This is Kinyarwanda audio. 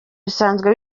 bisanzwe